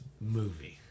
movie